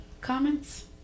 comments